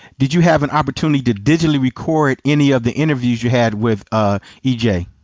did you have an opportunity to digitally record any of the interviews you had with ah e j?